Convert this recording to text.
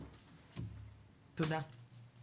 תודה.